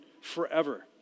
forever